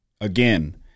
again